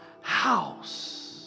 house